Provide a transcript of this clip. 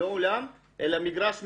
לא אולם אלא מגרש מקורה.